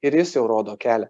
ir jis jau rodo kelią